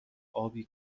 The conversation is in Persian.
آبی